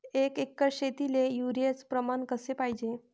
एक एकर शेतीले युरिया प्रमान कसे पाहिजे?